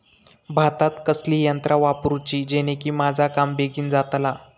भातात कसली यांत्रा वापरुची जेनेकी माझा काम बेगीन जातला?